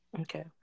Okay